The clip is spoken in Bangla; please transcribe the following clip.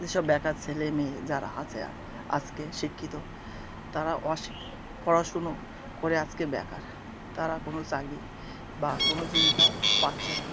যেসব ব্যাটা ছেলে মেয়ে যার আছে আজকে শিক্ষিত তারা অশিখ পড়াশুনো করে আজকে বেকার তারা কোনো চাকরি বা কোনো জীবিকা পাচ্ছে না